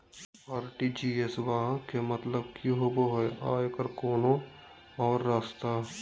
RTGS बा के मतलब कि होबे हय आ एकर कोनो और रस्ता?